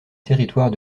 territoire